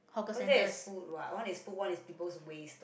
cause that is food what one is food one is people's waste